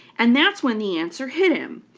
and that's when the answer hit him.